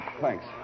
Thanks